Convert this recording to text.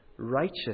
Righteous